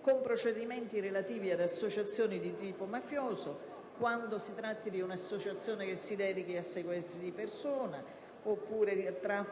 con procedimenti relativi ad associazioni di tipo mafioso quando si tratti di un'associazione che si dedichi a sequestri di persona, oppure a